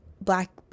black